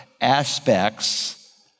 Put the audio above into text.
aspects